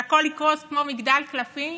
שהכול יקרוס כמו מגדל קלפים?